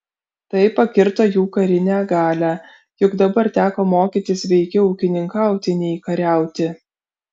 tai pakirto jų karinę galią juk dabar teko mokytis veikiau ūkininkauti nei kariauti